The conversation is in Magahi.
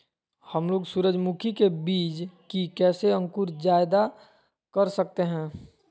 हमलोग सूरजमुखी के बिज की कैसे अंकुर जायदा कर सकते हैं?